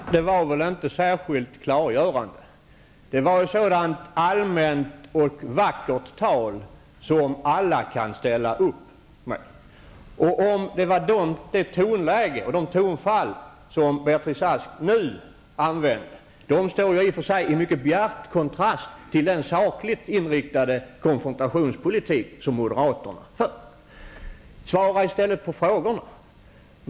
Herr talman! Det sista statsrådet sade var väl inte särskilt klargörande. Det var ett sådant allmänt och vackert tal som alla kan ställa upp på. Det tonläge och det tonfall som Beatrice Ask nu använde står i och för sig i mycket bjärt kontrast till den sakligt inriktade konfrontationspolitik som moderaterna för. Svara i stället på frågorna!